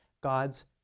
God's